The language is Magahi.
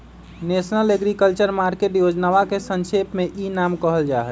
नेशनल एग्रीकल्चर मार्केट योजनवा के संक्षेप में ई नाम कहल जाहई